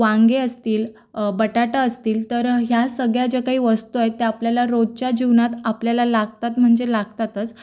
वांगे असतील बटाटा असतील तर ह्या सगळ्या ज्या काही वस्तू आहेत त्या आपल्याला रोजच्या जीवनात आपल्याला लागतात म्हणजे लागतातच